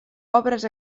obres